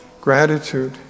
gratitude